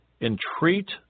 entreat